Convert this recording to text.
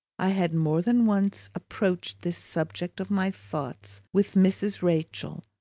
i had more than once approached this subject of my thoughts with mrs. rachael,